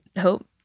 hope